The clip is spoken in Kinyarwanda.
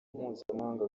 mpuzamahanga